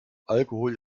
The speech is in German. alkohol